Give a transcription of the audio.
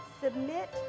Submit